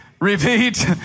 repeat